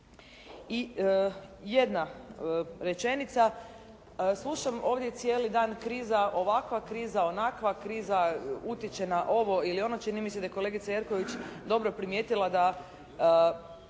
I jedna rečenica. Slušam ovdje cijeli dan kriza ovakva, kriza onakva, kriza utiče na ovo ili ono, čini mi se da je kolegica Jerković dobro primijetila da